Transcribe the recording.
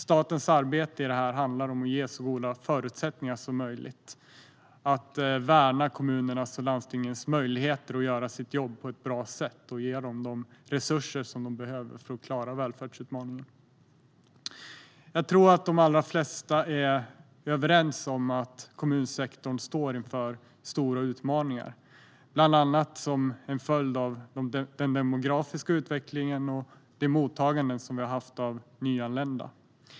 Statens arbete i det här handlar om att ge så goda förutsättningar som möjligt, att värna kommunernas och landstingens möjligheter att göra sitt jobb på ett bra sätt och ge dem de resurser de behöver för att klara välfärdsutmaningen. Jag tror att de allra flesta är överens om att kommunsektorn står inför stora utmaningar, bland annat som följd av den demografiska utvecklingen och det mottagande av nyanlända som vi haft.